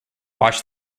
watch